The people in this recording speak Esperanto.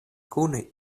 kune